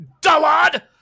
dullard